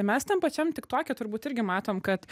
mes tam pačiam tik toke turbūt irgi matom kad